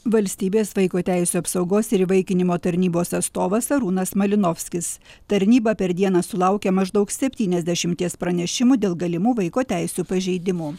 valstybės vaiko teisių apsaugos ir įvaikinimo tarnybos atstovas arūnas malinovskis tarnyba per dieną sulaukia maždaug septyniasdešimties pranešimų dėl galimų vaiko teisių pažeidimų